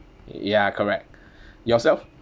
ya correct yourself